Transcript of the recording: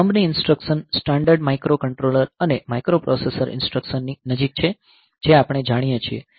thumb ની instruction standard microcontroller અને microprocessor ઇન્સટ્રકશનની નજીક છે જે આપણે જાણીએ છીએ